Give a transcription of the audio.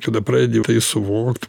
tada pradedi suvokt